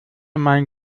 mein